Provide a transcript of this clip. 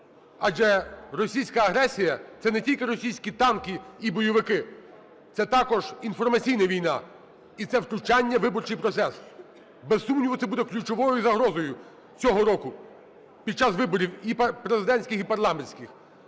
Адже російська агресія – це не тільки російські танки і бойовики, це також інформаційна війна,і це втручання у виборчий процес. Без сумніву, це буде ключовою загрозою цього року під час виборів і президентських, і парламентських.